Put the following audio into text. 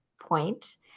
point